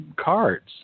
cards